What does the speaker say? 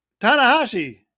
Tanahashi